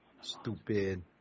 Stupid